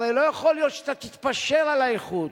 הרי לא יכול להיות שאתה תתפשר על האיכות.